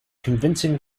convincing